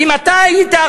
אם אתה היית,